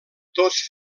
tots